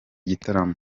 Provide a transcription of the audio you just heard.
gitaramo